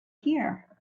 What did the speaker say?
here